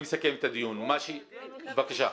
בבקשה.